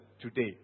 today